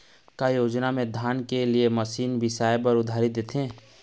का योजना मे धान के लिए मशीन बिसाए बर उधारी देथे?